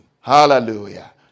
Hallelujah